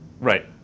Right